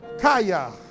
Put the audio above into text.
Kaya